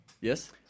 Yes